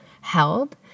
held